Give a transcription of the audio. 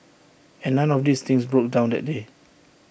and none of these things broke down that day